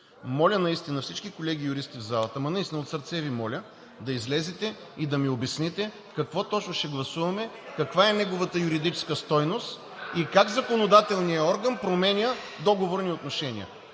Моля наистина всички колеги юристи в залата, ама наистина от сърце Ви моля, да излезете и да ми обясните какво точно ще гласуваме, каква е неговата юридическа стойност и как законодателният орган променя договорни отношения.